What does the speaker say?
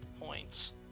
points